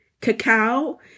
cacao